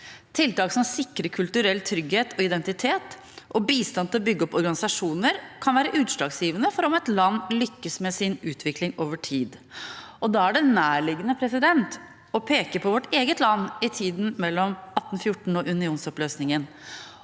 tiltak som sikrer kulturell trygghet og identitet, og bistand til å bygge opp organisasjoner kan være utslagsgivende for om et land lykkes med sin utvikling over tid. Da er det nærliggende å peke på vårt eget land i tida mellom 1814 og unionsoppløsningen.